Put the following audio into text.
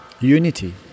Unity